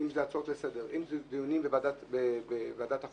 אם זה הצעות לסדר, אם זה דיונים בוועדת החוק,